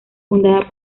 fundada